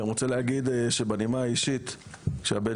אני גם רוצה להגיד בנימה האישית שהבן